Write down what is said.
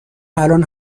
الان